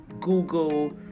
Google